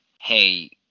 hey